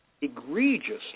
egregiously